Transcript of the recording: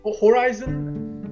horizon